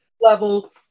level